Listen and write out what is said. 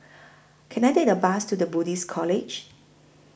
Can I Take A Bus to The Buddhist College